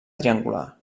triangular